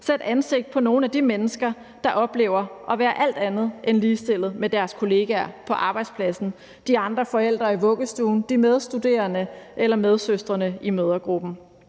sætte ansigt på nogle af de mennesker, der oplever at være alt andet end ligestillet med deres kolleger på arbejdspladsen, de andre forældre i vuggestuen, de medstuderende eller medsøstrene i mødregruppen.